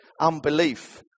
unbelief